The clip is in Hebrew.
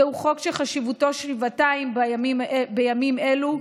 זהו חוק שחשיבותו שבעתיים בימים אלו,